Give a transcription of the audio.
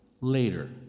Later